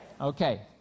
Okay